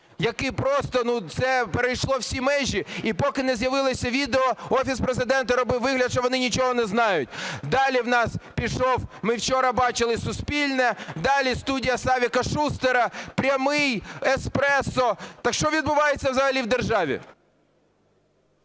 який просто…, це перейшло всі межі. І поки не з'явилося відео, Офіс Президента робив вигляд, що вони нічого не знають. Далі у нас пішов, ми вчора бачили Суспільне, далі Студія Савіка Шустера, Прямий, Еспресо. Так що відбувається взагалі в державі?